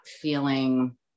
feeling